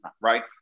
right